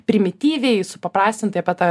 primityviai supaprastintai apie tą